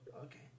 okay